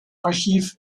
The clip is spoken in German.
archiv